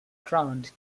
crowned